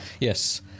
Yes